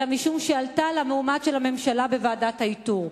אלא משום שעלתה על המועמד של הממשלה בוועדת האיתור.